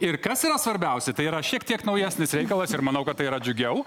ir kas yra svarbiausia tai yra šiek tiek naujesnis reikalas ir manau kad tai yra džiugiau